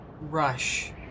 rush